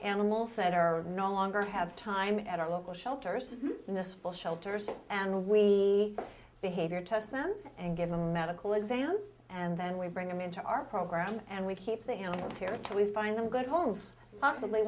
animals that are no longer have time at our local shelters in this full shelters and we behavior test them and give them medical exam and then we bring them into our program and we keep the animals here so we find them good homes possibly